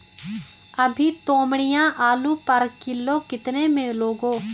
अभी तोमड़िया आलू पर किलो कितने में लोगे?